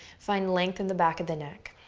find length in the back of the neck.